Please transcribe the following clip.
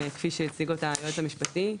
כפי שהציג אותה היועץ המשפטי.